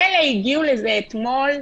מילא הגיעו לזה אתמול,